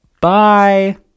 Bye